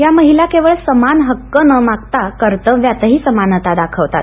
या महिला केवळ समान हक्क न मागता कर्तव्यातही समानता दाखवतात